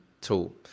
tool